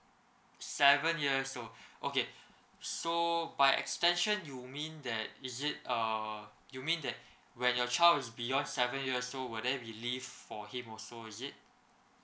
seven years old okay so by extension you mean that is it err you mean that when your child is beyond seven years old will there be leave for him also is it